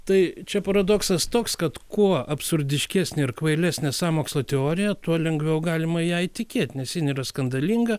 tai čia paradoksas toks kad kuo absurdiškesnė ir kvailesnė sąmokslo teorija tuo lengviau galima į ją įtikėt nes jin yra skandalinga